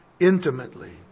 Intimately